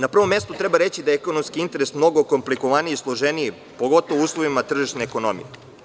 Na prvom mestu treba reći da je ekonomski interes mnogo komplikovaniji i složeniji, pogotovo u uslovima tržišne ekonomije.